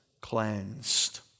cleansed